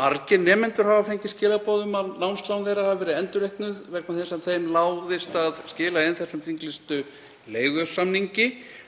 margir nemendur hafi fengið skilaboð um að námslán þeirra hafi verið endurreiknuð vegna þess að þeim láðist að skila inn þessum þinglýsta leigusamningi.